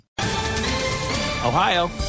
Ohio